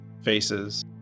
Faces